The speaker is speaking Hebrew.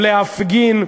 ולהפגין,